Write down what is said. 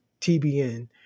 TBN